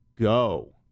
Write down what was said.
go